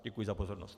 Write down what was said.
Děkuji za pozornost.